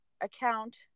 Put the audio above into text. account